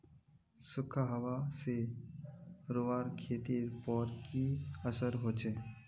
सुखखा हाबा से रूआँर खेतीर पोर की असर होचए?